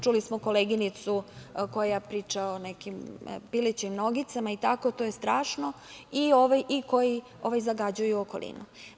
Čuli smo koleginicu koja priča o nekim pilećim nogicama, to je strašno i koji zagađuju okolinu.